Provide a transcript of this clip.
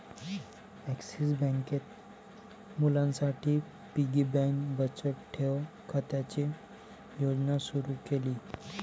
axis बँकेत मुलांसाठी piggy bank बचत ठेव खात्याची योजना सुरू केली